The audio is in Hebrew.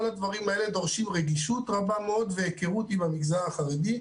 כל הדברים האלה דורשים רגישות רבה מאוד והיכרות עם המגזר החרדי,